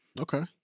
Okay